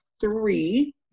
three